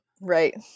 right